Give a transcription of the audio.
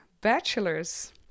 bachelor's